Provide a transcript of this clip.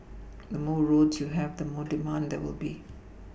the more roads you have the more demand there will be